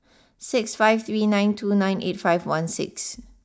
six five three nine two nine eight five one six